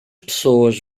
pessoas